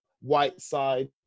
Whiteside